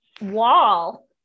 wall